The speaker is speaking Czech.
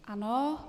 Ano.